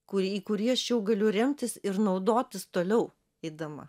kurį į kurį aš jau galiu remtis ir naudotis toliau eidama